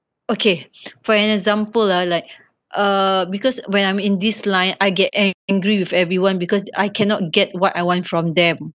okay for an example ah like uh because when I'm in this line I get angry with everyone because I cannot get what I want from them